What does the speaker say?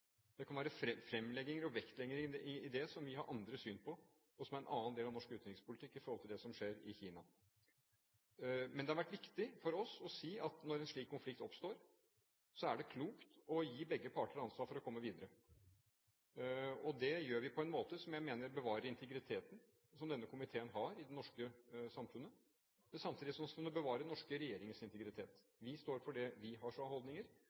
Det kan være fremlegginger og vektlegginger i det som vi har andre syn på, og som er en annen del av norsk utenrikspolitikk, med tanke på det som skjer i Kina. Men det har vært viktig for oss å si at når en slik konflikt oppstår, er det klokt å gi begge parter ansvar for å komme videre. Det gjør vi på en måte som jeg mener bevarer integriteten som denne komiteen har i det norske samfunnet, samtidig som det også bevarer den norske regjerings integritet. Vi står for det vi har av holdninger,